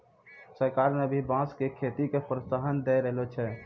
सरकार न भी बांस के खेती के प्रोत्साहन दै रहलो छै